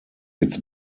its